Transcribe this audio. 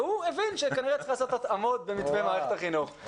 והוא הבין שכנראה צריך לעשות התאמות במבנה מערכת החינוך...